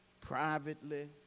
privately